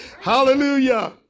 Hallelujah